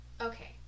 Okay